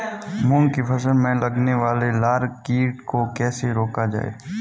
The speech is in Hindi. मूंग की फसल में लगने वाले लार कीट को कैसे रोका जाए?